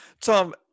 Tom